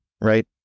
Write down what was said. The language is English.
right